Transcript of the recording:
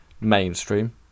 mainstream